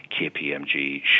KPMG